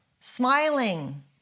smiling